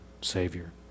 Savior